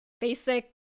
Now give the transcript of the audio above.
basic